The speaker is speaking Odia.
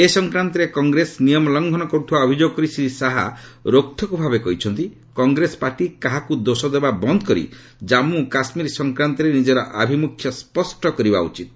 ଏ ସଂକ୍ରାନ୍ତରେ କଂଗ୍ରେସ ନିୟମ ଲଙ୍ଘନ କର୍ତ୍ତବା ଅଭିଯୋଗ କରି ଶ୍ରୀ ଶାହା ରୋକ୍ଠୋକ୍ ଭାବେ କହିଛନ୍ତି କଂଗ୍ରେସ ପାର୍ଟି କାହାକୁ ଦୋଷ ଦେବା ବନ୍ଦ କରି ଜାମ୍ମୁ କାଶ୍ମୀର ସଂକ୍ରାନ୍ତରେ ନିଜର ଆଭିମୁଖ୍ୟ ସ୍କଷ୍ଟ କରିବା ଉଚିତ୍